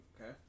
Okay